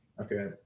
Okay